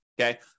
okay